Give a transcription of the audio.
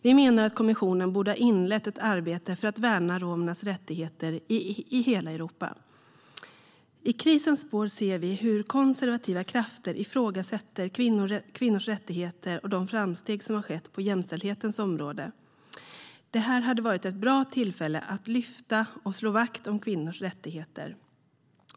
Vi menar att kommissionen borde ha inlett ett arbete för att värna romernas rättigheter i hela Europa.I krisens spår ser vi hur konservativa krafter ifrågasätter kvinnors rättigheter och de framsteg som har skett på jämställdhetens område. Detta hade varit ett bra tillfälle att lyfta och slå vakt om kvinnors rättigheter.